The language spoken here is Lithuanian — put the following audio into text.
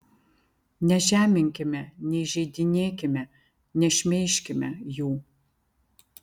nežeminkime neįžeidinėkime nešmeižkime jų